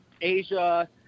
Asia